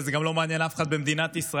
וזה גם לא מעניין אף אחד במדינת ישראל.